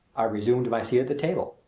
i resumed my seat at the table.